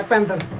and